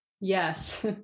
Yes